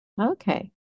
Okay